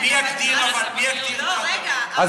אבל הספקיות, מי יגדיר, לא, רגע,